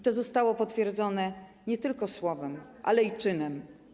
To zostało potwierdzone nie tylko słowem, ale i czynem.